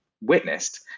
witnessed